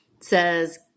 says